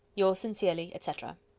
yours sincerely, etc.